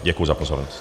Děkuji za pozornost.